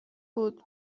بود